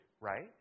Right